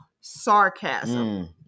sarcasm